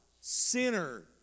Sinner